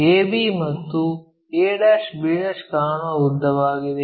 ab ಮತ್ತು a b ಕಾಣುವ ಉದ್ದವಾಗಿದೆ